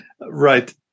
Right